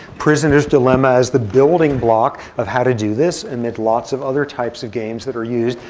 prisoner's dilemma as the building block of how to do this amid lots of other types of games that are used.